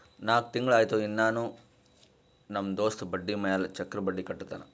ನಾಕ್ ತಿಂಗುಳ ಆಯ್ತು ಇನ್ನಾನೂ ನಮ್ ದೋಸ್ತ ಬಡ್ಡಿ ಮ್ಯಾಲ ಚಕ್ರ ಬಡ್ಡಿ ಕಟ್ಟತಾನ್